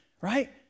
Right